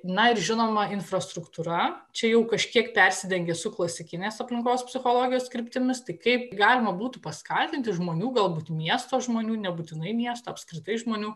na ir žinoma infrastruktūra čia jau kažkiek persidengia su klasikinės aplinkos psichologijos kryptimis tai kaip galima būtų paskatinti žmonių galbūt miesto žmonių nebūtinai miesto apskritai žmonių